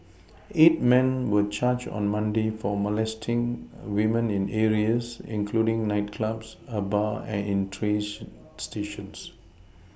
eight men were charged on Monday for molesting women in areas including nightclubs a bar and in trains stations